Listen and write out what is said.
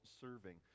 serving